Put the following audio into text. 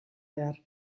behar